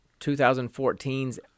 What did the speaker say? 2014's